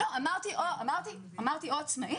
אמרתי עצמאית